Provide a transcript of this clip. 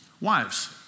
Wives